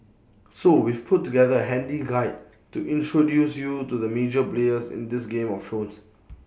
so we've put together A handy guide to introduce you to the major players in this game of thrones